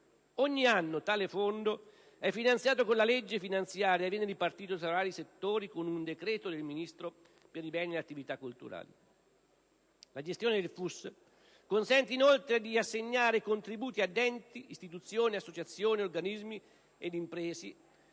Ogni anno, tale Fondo è finanziato con la legge finanziaria e viene ripartito tra i vari settori con un decreto del Ministro per i beni e le attività culturali. La gestione del FUS consente, inoltre, di assegnare contributi ad enti, istituzioni, associazioni, organismi ed imprese